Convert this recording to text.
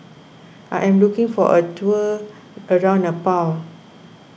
I am looking for a tour around Nepal